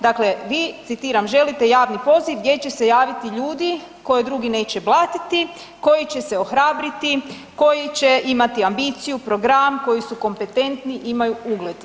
Dakle, vi citiram, želite javni poziv gdje će javiti ljudi koje drugi neće blatiti, koji će se ohrabriti, koji će imati ambiciju, program, koji su kompetentni, imaju ugled.